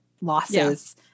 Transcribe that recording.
losses